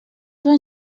van